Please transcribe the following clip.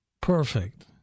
Perfect